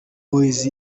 boyz